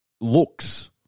looks